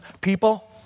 people